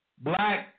Black